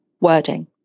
wording